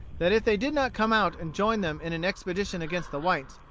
that if they did not come out and join them in an expedition against the whites,